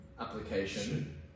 application